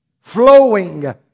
flowing